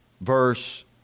verse